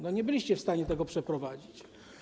Nie byliście w stanie tego przeprowadzić.